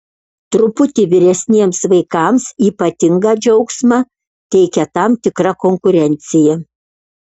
truputį vyresniems vaikams ypatingą džiaugsmą teikia tam tikra konkurencija